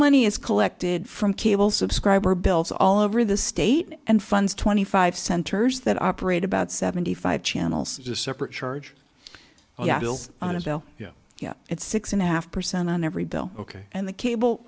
money is collected from cable subscriber bills all over the state and funds twenty five centers that operate about seventy five channels as a separate charge on a bill yet it's six and a half percent on every bill ok and the cable